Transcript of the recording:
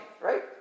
Right